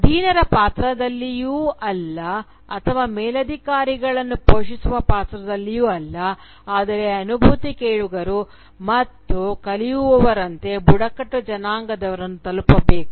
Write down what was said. ಅಧೀನರ ಪಾತ್ರದಲ್ಲಿಯೂ ಅಲ್ಲ ಅಥವಾ ಮೇಲಧಿಕಾರಿಗಳನ್ನು ಪೋಷಿಸುವ ಪಾತ್ರದಲ್ಲಿಯೂ ಅಲ್ಲ ಆದರೆ ಅನುಭೂತಿ ಕೇಳುಗರು ಮತ್ತು ಕಲಿಯುವವರಂತೆ ಬುಡಕಟ್ಟು ಜನಾಂಗದವರನ್ನು ತಲುಪಬೇಕು